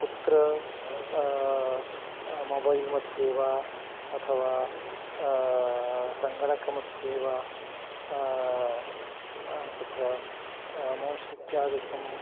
कुत्र मोबैल् मध्ये वा अथवा सङ्गणकमध्ये वा तत्र मौस् इत्यादिकं